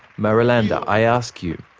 marulanda, i ask you,